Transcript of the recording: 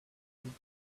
group